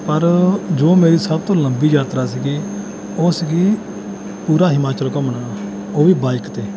ਪਰ ਜੋ ਮੇਰੀ ਸਭ ਤੋਂ ਲੰਬੀ ਯਾਤਰਾ ਸੀਗੀ ਉਹ ਸੀਗੀ ਪੂਰਾ ਹਿਮਾਚਲ ਘੁੰਮਣਾ ਉਹ ਵੀ ਬਾਈਕ 'ਤੇ